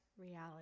reality